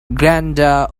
glinda